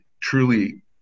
truly